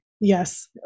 Yes